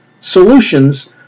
solutions